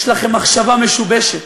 יש לכם מחשבה משובשת.